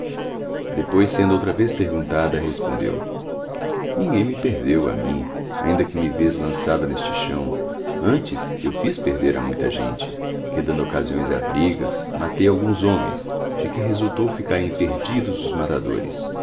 depois sendo outra yez perguntada respondeo ningoem me perdeo a mim ainda que me yez lançada nestei chaõ antes eu fizr perder a muita gente que dando oeçasiões a brigas matei dguns homens de que resultou ficarem perdidos os matadores e